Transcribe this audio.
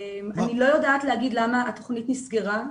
אני לא יודעת להגיד למה התוכנית נסגרה.